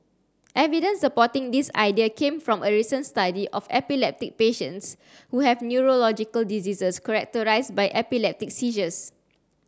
evidence supporting this idea came from a recent study of epileptic patients who have neurological diseases characterised by epileptic seizures